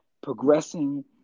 progressing